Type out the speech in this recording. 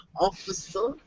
Officer